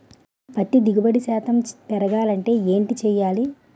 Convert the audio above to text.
పత్తి దిగుబడి శాతం పెరగాలంటే ఏంటి చేయాలి?